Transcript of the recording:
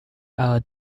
out